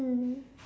mm